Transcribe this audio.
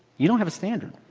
you don't have a standard.